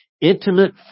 intimate